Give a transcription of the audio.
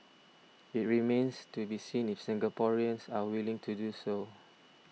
it remains to be seen if Singaporeans are willing to do so